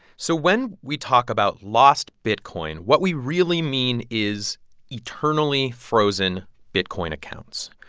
so when we talk about lost bitcoin, what we really mean is eternally frozen bitcoin accounts.